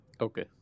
Okay